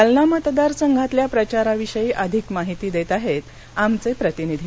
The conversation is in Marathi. जालना मतदार संघातल्या प्रचाराविषयी अधिक माहिती देत आहेत आमचे प्रतिनिधी